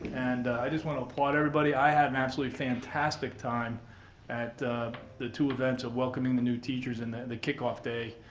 and i just want to applaud everybody. i had an absolutely fantastic time at the two events welcoming the new teaches and then the kickoff day.